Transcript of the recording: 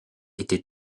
était